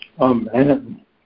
Amen